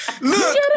Look